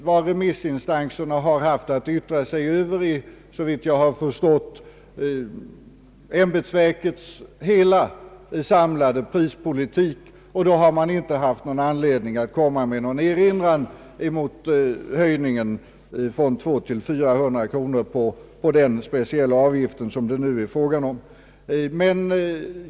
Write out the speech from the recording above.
Vad remissinstanserna haft att yttra sig över är, såvitt jag förstått, ämbetsverkets samlade prispolitik, och då har de inte haft någon anledning att komma med någon erinran mot höjningen från 200 till 400 kronor av den speciella avgift som det nu är fråga om.